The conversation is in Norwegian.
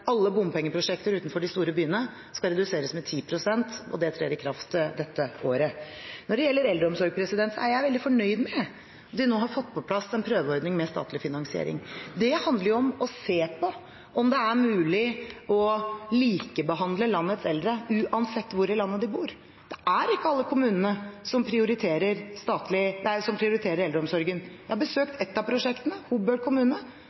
alle bompengeprosjekter utenfor de store byene skal reduseres med 10 pst., og det trer i kraft dette året. Når det gjelder eldreomsorg, er jeg veldig fornøyd med at vi nå har fått på plass en prøveordning med statlig finansiering. Det handler om å se på om det er mulig å likebehandle landets eldre uansett hvor i landet de bor. Det er ikke alle kommunene som prioriterer eldreomsorgen. Jeg har besøkt ett av prosjektene, i Hobøl kommune.